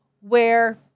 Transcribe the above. where-